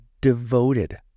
devoted